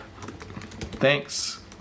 Thanks